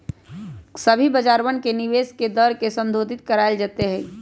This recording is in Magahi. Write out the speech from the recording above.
सभी बाजारवन में निवेश के दर के संशोधित करावल जयते हई